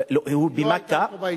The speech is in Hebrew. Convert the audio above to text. לא, היא היתה בהיג'רה.